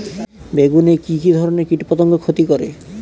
বেগুনে কি কী ধরনের কীটপতঙ্গ ক্ষতি করে?